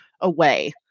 away